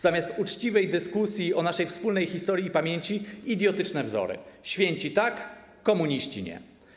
Zamiast uczciwej dyskusji o naszej wspólnej historii i pamięci - idiotyczne wzory, święci - tak, komuniści - nie.